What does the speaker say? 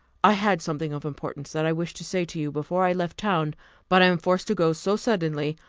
i had something of importance that i wished to say to you before i left town but i am forced to go so suddenly,